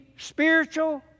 Spiritual